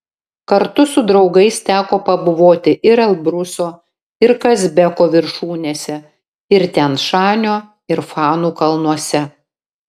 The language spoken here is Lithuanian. kartu su draugais teko pabuvoti ir elbruso ir kazbeko viršūnėse ir tian šanio ir fanų kalnuose